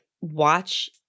watch